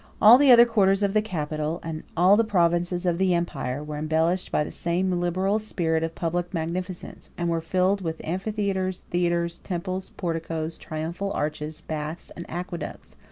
all the other quarters of the capital, and all the provinces of the empire, were embellished by the same liberal spirit of public magnificence, and were filled with amphitheatres, theatres, temples, porticoes, triumphal arches, baths and aqueducts,